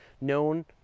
known